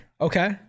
Okay